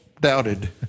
doubted